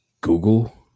Google